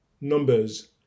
numbers